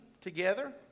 together